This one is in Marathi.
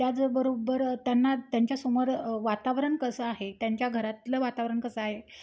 त्याचबरोबर त्यांना त्यांच्यासमोर वातावरण कसं आहे त्यांच्या घरातलं वातावरण कसं आहे